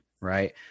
right